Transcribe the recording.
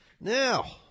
Now